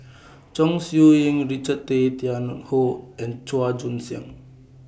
Chong Siew Ying Richard Tay Tian Hoe and Chua Joon Siang